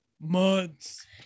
months